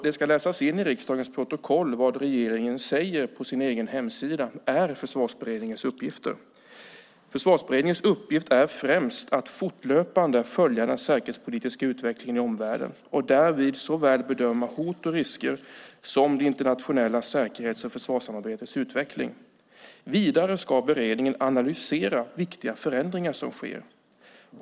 Det ska läsas in i riksdagens protokoll vad regeringen på sin egen hemsida säger är Försvarsberedningens uppgifter: Försvarsberedningens uppgift är främst att fortlöpande följa den säkerhetspolitiska utvecklingen i omvärlden och därvid såväl bedöma hot och risker som det internationella säkerhets och försvarssamarbetets utveckling. Vidare ska beredningen analysera viktiga förändringar som sker.